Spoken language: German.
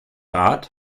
rat